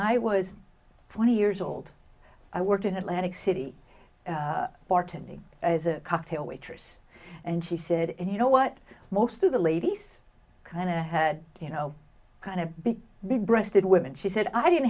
i was twenty years old i worked in atlantic city bartending as a cocktail waitress and she said you know what most of the ladies kind of had you know kind of big big breasted women she said i didn't